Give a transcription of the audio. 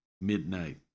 midnight